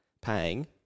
paying